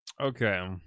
Okay